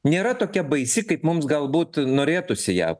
nėra tokia baisi kaip mums galbūt norėtųsi ją